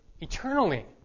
eternally